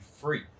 free